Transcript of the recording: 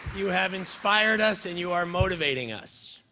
you have inspired us, and you are motivating us,